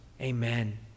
amen